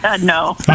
No